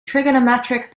trigonometric